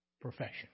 profession